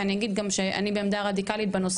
ואני אגיד גם שאני בעמדה רדיקלית בנושא